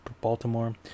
Baltimore